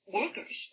workers